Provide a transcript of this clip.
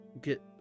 get